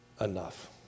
enough